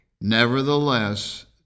Nevertheless